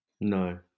No